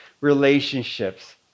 relationships